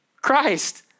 Christ